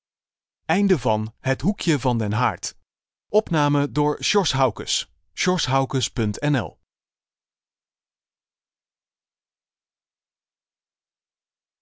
het hoekje van den haard